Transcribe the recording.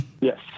Yes